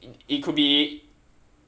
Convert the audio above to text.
it could be